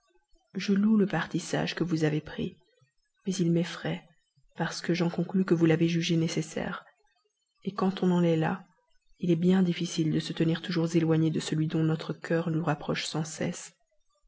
je loue le parti sage que vous avez pris mais il m'effraie parce que j'en conclus que vous l'avez jugé nécessaire quand on en est là il est bien difficile de se tenir toujours éloignée de celui dont notre cœur nous rapproche sans cesse